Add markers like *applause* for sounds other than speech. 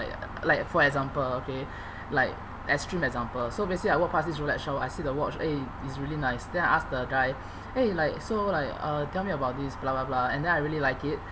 like like for example okay *breath* like extreme example so basically I walk past this rolex shop I see the watch eh this really nice then I ask the guy *breath* eh like so like uh tell me about this blah blah blah and then I really like it